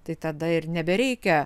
tai tada ir nebereikia